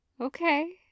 Okay